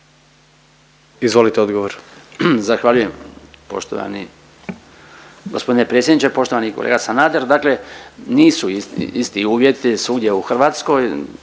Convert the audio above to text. Branko (HDZ)** Zahvaljujem poštovani g. predsjedniče. Poštovani kolega Sanader. Dakle nisu isti uvjeti svugdje u Hrvatskoj,